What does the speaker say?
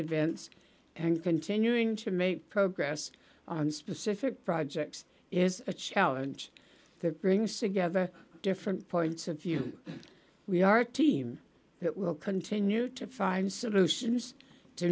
events and continuing to make progress on specific projects is a challenge that brings together different points of view we our team that will continue to find solutions to